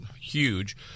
huge